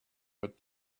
but